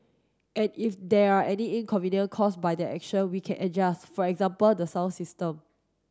and if there are any inconvenient caused by that action we can adjust for example the sound system